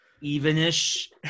even-ish